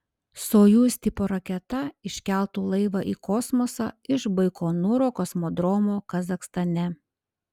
sojuz tipo raketa iškeltų laivą į kosmosą iš baikonūro kosmodromo kazachstane